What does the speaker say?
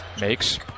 Makes